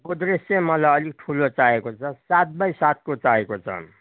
गोद्रेज चाहिँ मलाई अलिक ठुलो चाहिएको छ सात बाई सातको चाहिएको छ